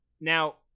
now